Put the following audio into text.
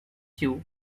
you